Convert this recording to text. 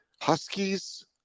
huskies